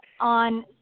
on